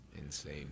insane